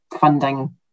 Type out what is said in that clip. funding